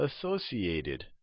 associated